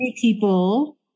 People